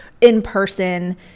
in-person